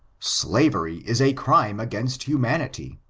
slavery is a crime against humanity!